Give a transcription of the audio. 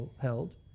held